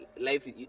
Life